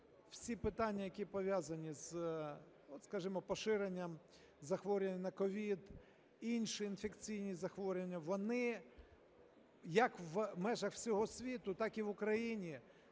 всі питання, які пов'язані з, скажімо, поширенням захворювання на COVID, інші інфекційні захворювання, вони, як в межах всього світу, так і в Україні,